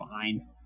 Fine